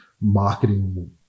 marketing